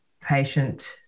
patient